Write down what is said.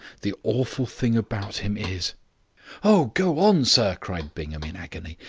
the awful thing about him is oh, go on, sir, cried bingham, in agony.